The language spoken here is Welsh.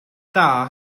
dda